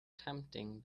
tempting